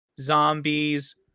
zombies